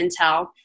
Intel –